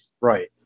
right